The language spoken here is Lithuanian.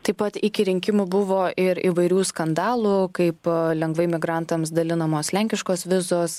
taip pat iki rinkimų buvo ir įvairių skandalų kaip lengvai migrantams dalinamos lenkiškos vizos